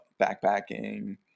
backpacking